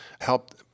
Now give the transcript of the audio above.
helped